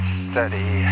steady